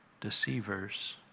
deceivers